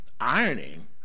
ironing